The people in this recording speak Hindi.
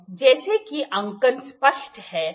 तो जैसा कि अंकन स्पष्ट है